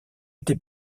été